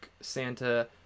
Santa